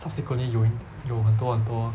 subsequently 有有很多很多